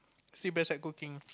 still best at cooking